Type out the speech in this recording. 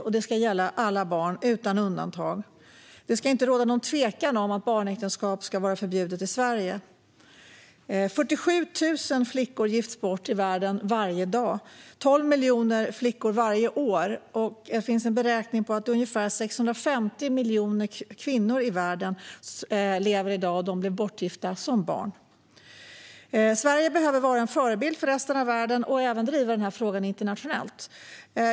Det ska gälla alla barn utan undantag. Det ska inte råda någon tvekan om att barnäktenskap ska vara förbjudna i Sverige. 47 000 flickor gifts bort i världen varje dag. 12 miljoner flickor gifts bort varje år. Det finns en beräkning som visar att det finns ungefär 650 miljoner kvinnor i världen i dag som blev bortgifta som barn. Sverige behöver vara en förebild för resten av världen och även driva denna fråga internationellt.